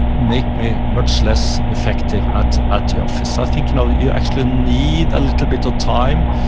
make me much less effective at at the office. i think now that you actually need a little bit of time.